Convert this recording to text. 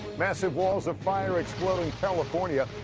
massive walls of fire explode in california.